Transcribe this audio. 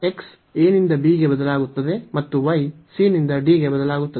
x a ನಿಂದ b ಗೆ ಬದಲಾಗುತ್ತದೆ ಮತ್ತು y c ನಿಂದ d ಗೆ ಬದಲಾಗುತ್ತದೆ